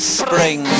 spring